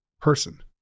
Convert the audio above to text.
person